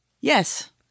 Yes